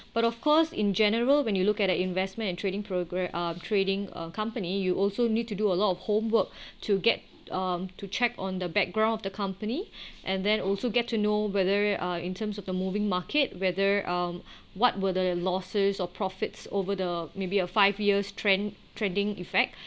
but of course in general when you look at the investment and trading programme uh trading um company you also need to do a lot of homework to get um to check on the background of the company and then also get to know whether uh in terms of the moving market whether um what were the losses or profits over the maybe a five years trend trading effect